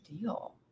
deal